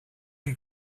you